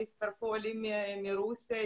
הצטרפו עולים מרוסיה,